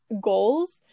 goals